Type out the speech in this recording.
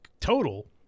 total